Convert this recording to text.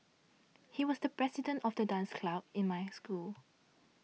he was the president of the dance club in my school